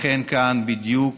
לכן, כאן, בדיוק,